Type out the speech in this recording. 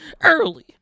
Early